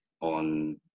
on